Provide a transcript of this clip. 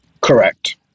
Correct